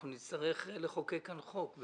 אנחנו נצטרך לחוקק כאן חוק.